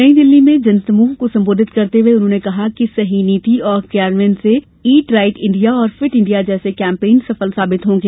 नई दिल्ली में जनसमूह को संबोधित करते हुए उन्होंने कहा कि सही नीति और क्रियान्वयन से ईट राइट इंडिया और फिट इंडिया कैम्पेन सफल साबित होगा